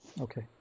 okay